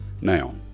Now